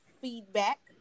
feedback